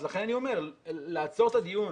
לכן אני אומר, לעצור את הדיון